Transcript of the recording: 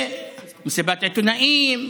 במסיבת עיתונאים,